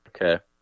Okay